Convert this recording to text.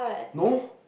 no